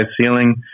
ceiling